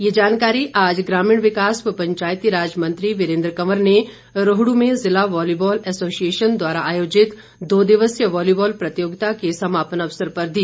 ये जानकारी आज ग्रामीण विकास व पंचायती राज मंत्री वीरेंद्र कंवर ने रोहड् में जिला वालीबॉल एसोसिएशन द्वारा आयोजित दो दिवसीय वालीबॉल प्रतियोगिता के समापन अवसर पर दी